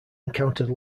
encountered